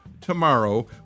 tomorrow